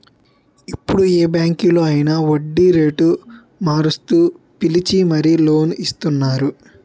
ఇప్పుడు ఏ బాంకులో అయినా వడ్డీరేటు మారుస్తూ పిలిచి మరీ లోన్ ఇస్తున్నారు